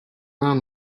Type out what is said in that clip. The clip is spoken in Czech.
nám